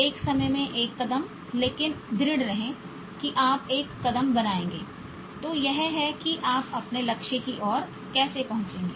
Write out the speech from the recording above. एक समय में एक कदम लेकिन दृढ़ रहें कि आप एक कदम बनाएंगे तो यह है कि आप अपने लक्ष्य की ओर कैसे पहुंचेंगे